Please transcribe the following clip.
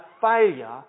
failure